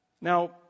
Now